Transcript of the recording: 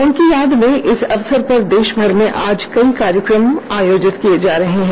उनकी याद में इस अवसर पर देशभर में आज कई कार्यक्रम आयोजित किए जा रहे हैं